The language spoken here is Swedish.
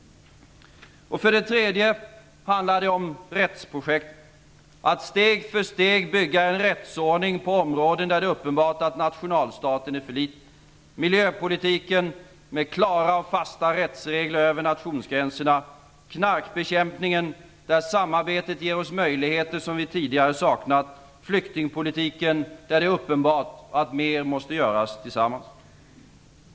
För det tredje handlar det om rättsprojekt, dvs. att steg för steg bygga en rättsordning på områden där det är uppenbart att nationalstaten är för liten. Det är fråga om miljöpolitiken med klara och fasta rättsregler över nationsgränserna. Vidare är det knarkbekämpningen, där samarbetet ger oss möjligheter som vi tidigare saknat. Flyktingpolitiken, där det är uppenbart att mer måste göras tillsammans.